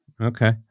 Okay